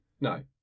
No